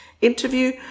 interview